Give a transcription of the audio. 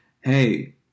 hey